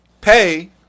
pay